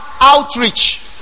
outreach